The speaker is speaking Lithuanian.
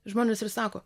žmonės ir sako